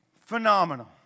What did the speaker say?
Phenomenal